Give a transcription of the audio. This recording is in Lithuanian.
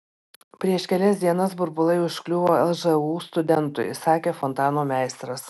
prieš kelias dienas burbulai užkliuvo lžūu studentui sakė fontanų meistras